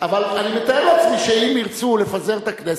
אבל אני מתאר לעצמי שאם ירצו לפזר את הכנסת,